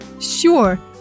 Sure